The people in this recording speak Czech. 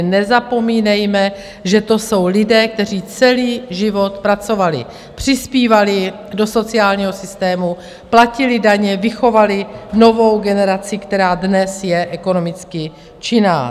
Nezapomínejme, že to jsou lidé, kteří celý život pracovali, přispívali do sociálního systému, platili daně, vychovali novou generaci, která dnes je ekonomicky činná.